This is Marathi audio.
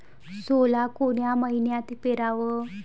सोला कोन्या मइन्यात पेराव?